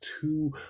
two